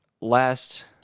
last